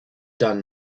done